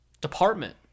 department